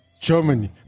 Germany